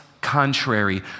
contrary